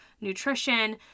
nutrition